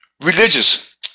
religious